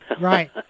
Right